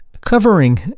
covering